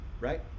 right